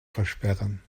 versperren